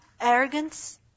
arrogance